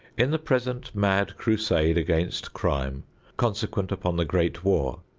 in the present mad crusade against crime consequent upon the great war,